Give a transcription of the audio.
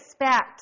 expect